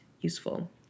useful